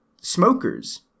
smokers